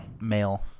male